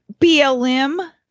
BLM